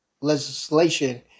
legislation